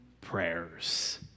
prayers